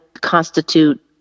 constitute